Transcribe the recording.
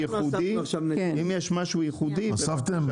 אם יש משהו ייחודי --- אספתם?